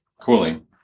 cooling